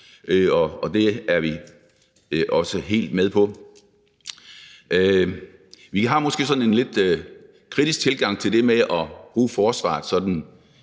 det er vi helt med på. Vi har måske en sådan lidt kritisk tilgang til det med at bruge forsvaret